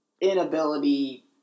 inability